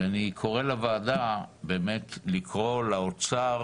אני באמת קורא לוועדה לקרוא למשרד האוצר